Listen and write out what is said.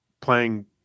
playing